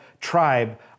tribe